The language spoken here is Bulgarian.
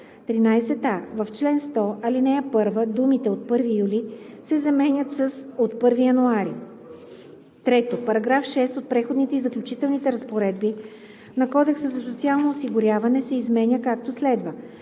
13а. „В член 100, ал. 1 думите „от 1 юли“ се заменят с „от 1 януари“. 3. § 6 от Преходните и заключителни разпоредби на Кодекса за социално осигуряване се изменя, както следва: